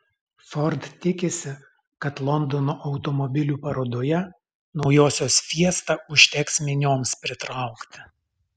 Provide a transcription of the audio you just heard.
ford tikisi kad londono automobilių parodoje naujosios fiesta užteks minioms pritraukti